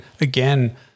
again